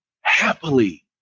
happily